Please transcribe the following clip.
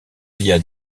via